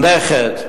הנכד.